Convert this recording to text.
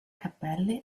cappelle